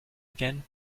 again